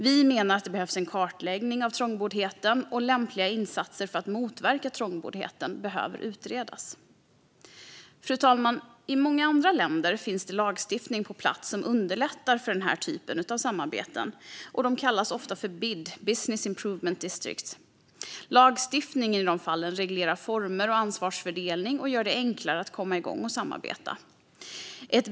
Vi menar att det behövs en kartläggning av trångboddheten, och lämpliga insatser för att motverka trångboddhet behöver utredas. Fru talman! I många andra länder finns det lagstiftning på plats som underlättar för denna typ av samarbeten. De kallas ofta BID, Business Improvement District. Lagstiftningen i de fallen reglerar former och ansvarsfördelning och gör det enklare att komma igång och samarbeta.